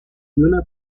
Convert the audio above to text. una